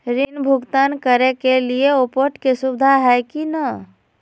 ऋण भुगतान करे के लिए ऑटोपे के सुविधा है की न?